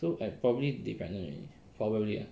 so I probably they pregnant already probably ah